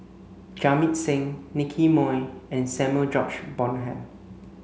Jamit Singh Nicky Moey and Samuel George Bonham